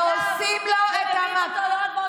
אין על מה לחקור.